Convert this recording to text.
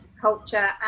culture